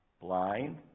blind